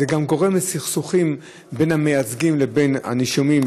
זה גם גורם לסכסוכים בין המייצגים לבין הנישומים,